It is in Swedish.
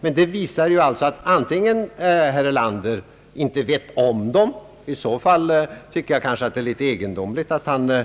Men detta visar ju att herr Erlander antingen inte känner till dem — i så fall är det kanske litet egendomligt att han eller